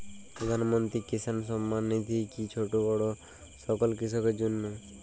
প্রধানমন্ত্রী কিষান সম্মান নিধি কি ছোটো বড়ো সকল কৃষকের জন্য?